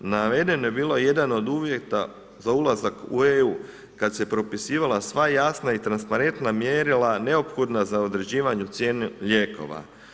Naveden je bio jedan od uvjeta za ulazak u EU kad se propisivala sva jasna i transparentna mjerila neophodna za određivanje cijena lijekova.